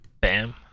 Bam